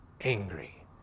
angry